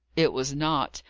it was not.